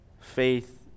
Faith